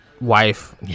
wife